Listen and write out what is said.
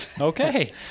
Okay